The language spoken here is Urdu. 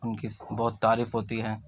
ان کی بہت تعریف ہوتی ہے